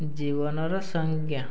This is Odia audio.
ଜୀବନର ସଂଜ୍ଞା